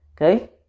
Okay